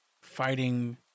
fighting